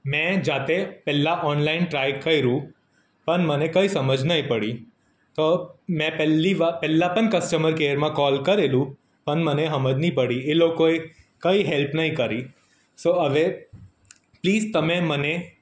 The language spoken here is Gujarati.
મેં જાતે પહેલાં ઓનલાઈન ટ્રાય કર્યું પણ મને કંઈ સમજ નહીં પડી તો મેં પહેલી પહેલાં પણ કસ્ટમર કેરમાં કોલ કરેલું પણ મને સમજ નહીં પડી એ લોકોએ કંઈ હેલ્પ નહીં કરી સો હવે પ્લીસ તમે મને